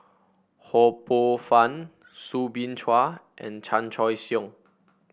Ho Poh Fun Soo Bin Chua and Chan Choy Siong